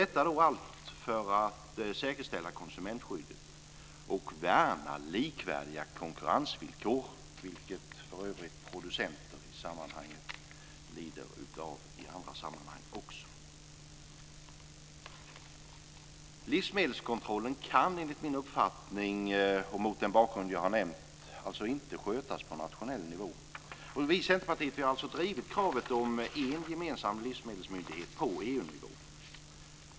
Detta måste man ha för att säkerställa konsumentskyddet och värna likvärdiga konkurrensvillkor, vilket för övrigt producenter lider av i andra sammanhang också. Enligt min uppfattning, och mot den bakgrund jag har nämnt, kan livsmedelskontrollen inte skötas på nationell nivå. Vi i Centerpartiet har drivit kravet på en gemensam livsmedelsmyndighet på EU-nivå.